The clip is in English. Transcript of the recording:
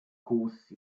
cause